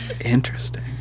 interesting